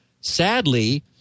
Sadly